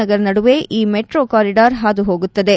ನಗರ್ ನಡುವೆ ಈ metro corridor ಹಾದುಹೋಗುತ್ತದೆ